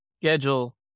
schedule